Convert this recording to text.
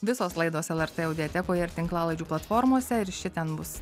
visos laidos lrt audiatekoje ir tinklalaidžių platformose ir ši ten bus